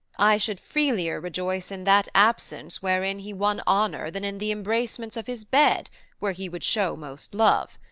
i should freelier rejoice in that absence wherein he won honour than in the embracements of his bed where he would show most love.